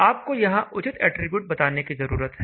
आपको यहां उचित एट्रिब्यूट बताने की जरूरत है